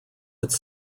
its